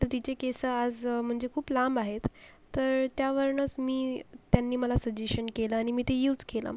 तर तिचे केस आज म्हणजे खूप लांब आहेत तर त्या वरूनच मी त्यांनी मला सजेशन केलं आणि मी ते यूज केलं